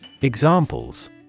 Examples